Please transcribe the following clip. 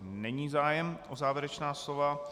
Není zájem o závěrečná slova.